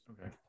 okay